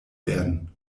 werden